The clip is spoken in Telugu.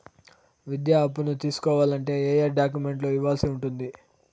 విద్యా అప్పును తీసుకోవాలంటే ఏ ఏ డాక్యుమెంట్లు ఇవ్వాల్సి ఉంటుంది